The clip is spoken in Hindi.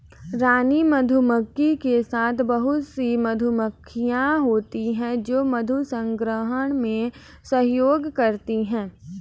रानी मधुमक्खी के साथ बहुत ही मधुमक्खियां होती हैं जो मधु संग्रहण में सहयोग करती हैं